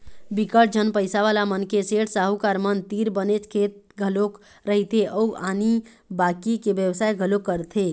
बिकट झन पइसावाला मनखे, सेठ, साहूकार मन तीर बनेच खेत खार घलोक रहिथे अउ आनी बाकी के बेवसाय घलोक करथे